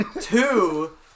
Two